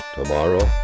Tomorrow